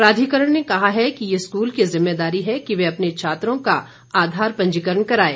प्राधिकरण ने कहा है कि यह स्कूल की जिम्मेदारी है कि वह अपने छात्रों का आधार पंजीकरण कराये